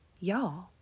y'all